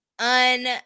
un